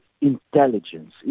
intelligence